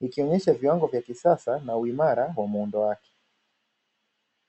likionyesha viwango vya kisasa na uimara wa muundo wake.